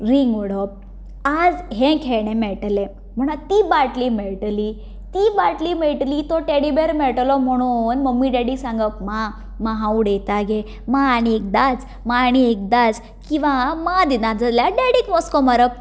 ring उडोवप आयज हें खेळणें मेळटलें म्हणत ती बाटली मेळटली ती बाटली मेळटली तो टेडीबैर मेळटलो म्हणून मम्मी डेडी सांगप मा मा हांव उडयतां गे मा आनी एकदांच मा आनी एकदांच किंवा मा दिना जाल्यार डेडीक मोस्को मारप